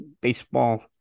baseball